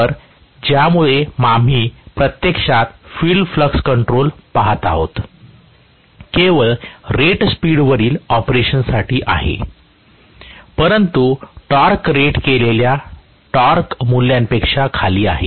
तर ज्यामुळे आम्ही प्रत्यक्षात फील्ड फ्लक्स कंट्रोल पहात आहोत केवळ रेट स्पीड वरील ऑपरेशनसाठी आहे परंतु टॉर्क रेट केलेल्या टॉर्क मूल्यापेक्षा खाली आहे